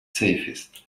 safest